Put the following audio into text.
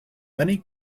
many